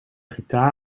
gitaar